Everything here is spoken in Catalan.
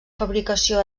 fabricació